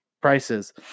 prices